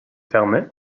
fermé